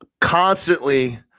constantly